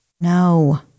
No